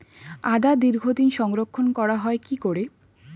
আদা দীর্ঘদিন সংরক্ষণ করা হয় কি করে?